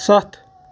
سَتھ